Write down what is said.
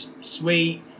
sweet